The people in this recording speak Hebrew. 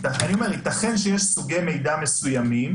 אני אומר שיתכן שיש סוגי מידע מסוימים